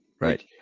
Right